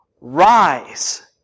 rise